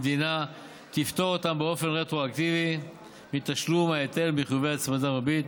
המדינה תפטור אותם באופן רטרואקטיבי מתשלום ההיטל ומחיובי הצמדה וריבית,